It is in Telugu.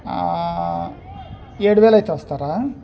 ఏడు వేలు అయితే వస్తారా